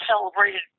celebrated